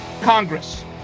Congress